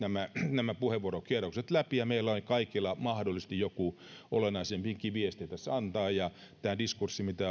nämä puheenvuorokierrokset läpi meillä on kaikilla mahdollisesti joku olennaisempikin viesti tässä antaa tämä diskurssi mitä